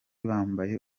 bambaye